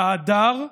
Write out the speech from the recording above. ההדר,